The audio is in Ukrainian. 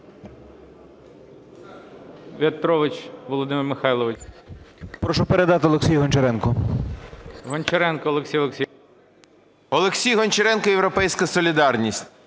Олексій Гончаренко, "Європейська солідарність".